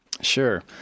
Sure